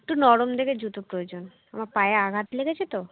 একটু নরম দেখে জুতো প্রয়োজন আমার পায়ে আঘাত লেগেছে তো